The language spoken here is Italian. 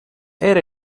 era